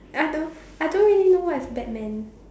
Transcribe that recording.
I don't I don't really watch Batman